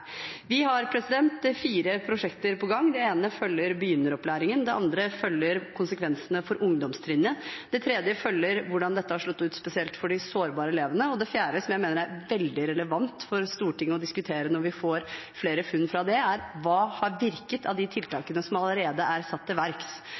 Vi har fire prosjekter på gang. Det ene følger begynneropplæringen, det andre følger konsekvensene for ungdomstrinnet, det tredje følger hvordan dette har slått ut spesielt for de sårbare elevene, og det fjerde, som jeg mener det er veldig relevant for Stortinget å diskutere når vi får flere funn fra det, er hva som har virket av de